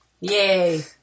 Yay